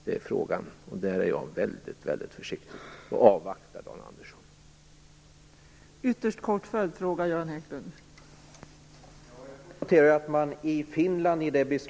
Det är frågan, och där är jag väldigt och avvaktar Dan Anderssons utredning.